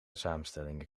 samenstellingen